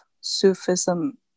Sufism